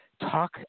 talk